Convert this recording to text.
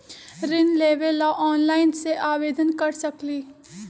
ऋण लेवे ला ऑनलाइन से आवेदन कर सकली?